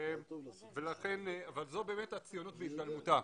זו באמת הציונות בהתגלמותה.